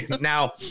Now